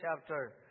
chapter